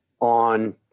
on